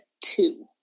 two